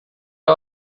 der